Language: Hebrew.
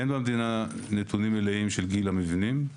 אין במדינה נתונים מלאים של גיל המבנים.